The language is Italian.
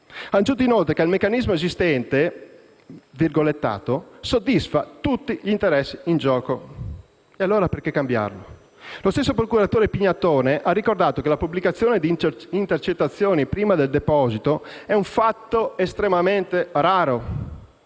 aggiunto inoltre che il meccanismo esistente «soddisfa tutti gli interessi in gioco». E allora perché cambiarlo? Lo stesso procuratore Pignatone ha ricordato che la «pubblicazione di intercettazioni prima del deposito è un fatto estremamente raro».